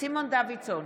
סימון דוידסון,